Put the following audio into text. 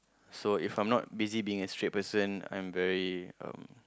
so if I'm not busy being a straight person I'm very um